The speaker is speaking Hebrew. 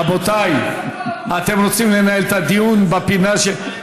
רבותיי, אתם רוצים לנהל את הדיון בפינה?